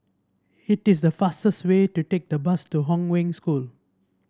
it is faster way to take the bus to Hong Wen School